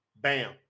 Bam